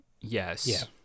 Yes